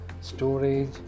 storage